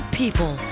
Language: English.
people